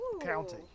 county